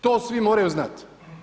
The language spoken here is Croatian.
To svi moraju znati.